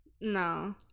no